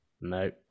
No